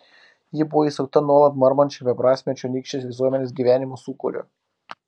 ji buvo įsukta nuolat marmančio beprasmio čionykštės visuomenės gyvenimo sūkurio